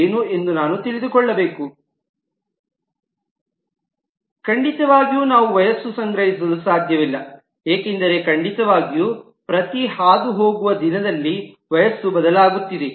ಖಂಡಿತವಾಗಿಯೂ ನಾವು ವಯಸ್ಸನ್ನು ಸಂಗ್ರಹಿಸಲು ಸಾಧ್ಯವಿಲ್ಲ ಏಕೆಂದರೆ ಖಂಡಿತವಾಗಿಯೂ ಪ್ರತಿ ಹಾದುಹೋಗುವ ದಿನದಲ್ಲಿ ವಯಸ್ಸು ಬದಲಾಗುತ್ತಿದೆ